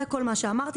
זה כל מה שאמרתי.